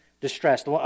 distressed